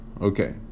okay